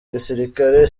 gisilikari